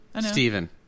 Steven